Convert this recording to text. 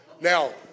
Now